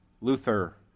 Luther